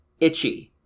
Itchy